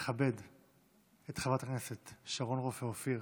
נכבד את חברת הכנסת שרון רופא אופיר.